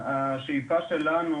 השאיפה שלנו,